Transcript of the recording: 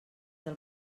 del